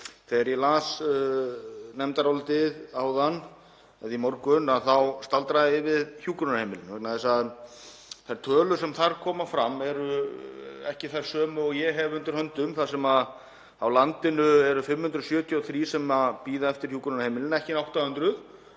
þegar ég las nefndarálitið í morgun staldraði ég við hjúkrunarheimilin vegna þess að þær tölur sem þar koma fram eru ekki þær sömu og ég hef undir höndum, þar sem á landinu eru 573 sem bíða eftir hjúkrunarheimili en ekki 800